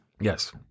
Yes